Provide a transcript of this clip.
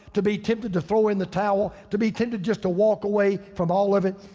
to be tempted to throw in the towel, to be tempted just to walk away from all of it.